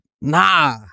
nah